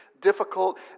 difficult